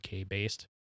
UK-based